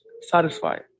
satisfied